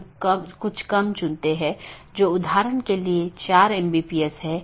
BGP को एक एकल AS के भीतर सभी वक्ताओं की आवश्यकता होती है जिन्होंने IGBP कनेक्शनों को पूरी तरह से ठीक कर लिया है